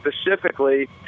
specifically